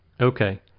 Okay